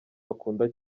bakunda